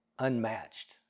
unmatched